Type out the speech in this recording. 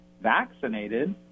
vaccinated